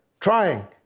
trying